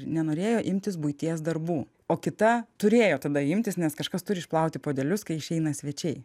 nenorėjo imtis buities darbų o kita turėjo tada imtis nes kažkas turi išplauti puodelius kai išeina svečiai